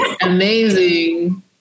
amazing